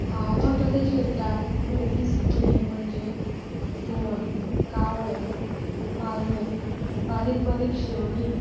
हांव रावतां ते क्षेत्रान पळोवपी सुकणीं म्हणजे मोर कावळे पारवे बारीक बारीक शेवणीं